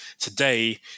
today